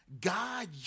God